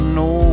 no